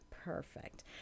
Perfect